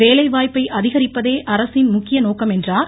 வேலைவாய்ப்பை அதிகரிப்பதே அரசின் முக்கிய நோக்கம் என்றார்